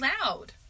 loud